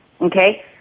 Okay